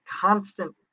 constant